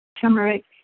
turmeric